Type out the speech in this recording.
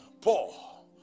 Paul